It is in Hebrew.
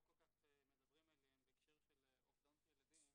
כל כך מדברים עליהם בהקשר של אובדנות ילדים.